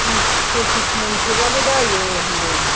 बिस फसिस मन सोबाबो जायो होनदों